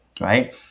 Right